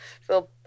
feel